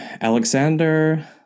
Alexander